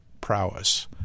prowess